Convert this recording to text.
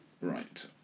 Right